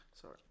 sorry